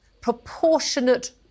proportionate